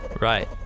Right